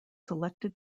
selected